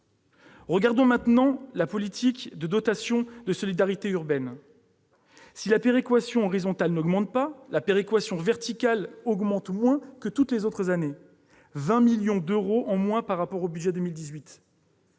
Examinons maintenant la dotation de solidarité urbaine. Si la péréquation horizontale n'augmente pas, la péréquation verticale augmente moins que toutes les autres années : cela représente 20 millions d'euros en moins par rapport au budget pour